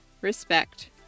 respect